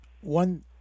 one